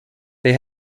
they